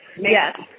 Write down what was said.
Yes